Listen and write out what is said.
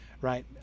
right